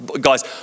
guys